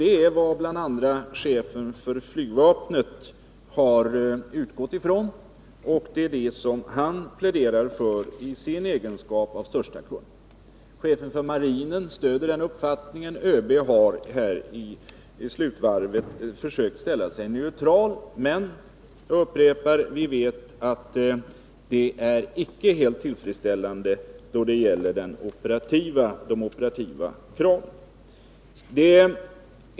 Det är vad bl.a. chefen för flygvapnet har utgått från och det är det som han pläderar för i sin egenskap av största kund. Chefen för marinen stöder den uppfattningen; ÖB har försökt ställa sig neutral. Men jag upprepar att det inte är helt tillfredsställande då det gäller de operativa kraven.